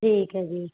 ਠੀਕ ਹੈ ਜੀ